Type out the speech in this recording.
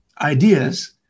ideas